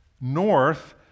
north